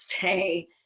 say